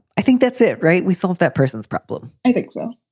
i think that's it. right. we solve that person's problem. i think so.